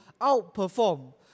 outperform